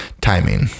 Timing